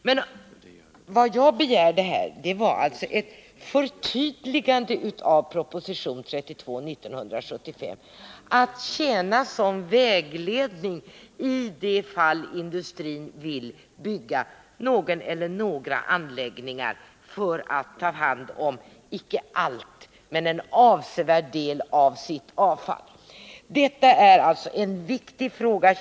Men vad jag begärde var alltså ett förtydligande av proposition 32, som kunde tjäna som vägledning i de fall industrin vill bygga någon eller några anläggningar för att ta hand om icke allt men en avsevärd del av sitt avfall. Detta är alltså en viktig fråga.